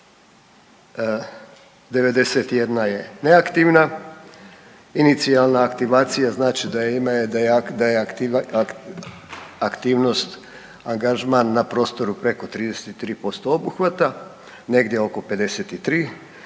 91 je neaktivna, inicijalna aktivacija znači da je ime, da je aktiva, aktivnost, angažman na prostoru preko 33% obuhvata, negdje oko 53,